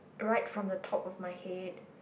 right from the top of my head